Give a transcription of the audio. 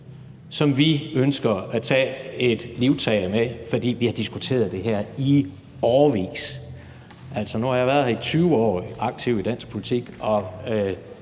som vi ønsker at tage livtag med. For vi har diskuteret det her i årevis. Altså, nu har jeg i 20 år været aktiv i dansk politik,